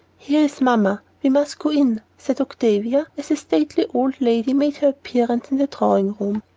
here is mamma. we must go in, said octavia, as a stately old lady made her appearance in the drawing room.